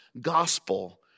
gospel